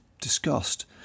discussed